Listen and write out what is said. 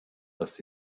das